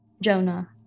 Jonah